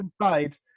inside